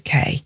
UK